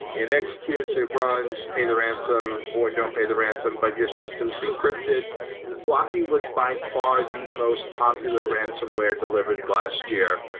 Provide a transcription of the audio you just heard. it executes, it runs, pay the ransom or don't pay the ransom, but your system's encrypted locky was by far the most popular ransom ware delivered last year.